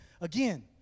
Again